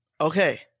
Okay